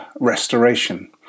restoration